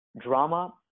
drama